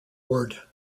word